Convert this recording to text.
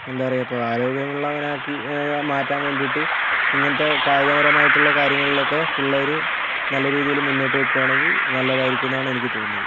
അപ്പം എന്താ പറയുക ഇപ്പോൾ ആരോഗ്യമുള്ളവനാക്കി മാറ്റാൻ വേണ്ടിയിട്ട് ഇങ്ങനത്തെ കായികപരമായിട്ടുള്ള കാര്യങ്ങളിലൊക്കെ പിള്ളേര് നല്ല രീതിയിൽ മുന്നോട്ടു പോവുകയാണെങ്കിൽ നല്ലതായിരിക്കും എന്നാണ് എനിക്ക് തോന്നുന്നത്